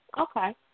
Okay